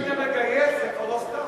אבל אם אתה מגייס זה כבר לא סתם.